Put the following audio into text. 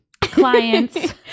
Clients